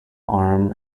arm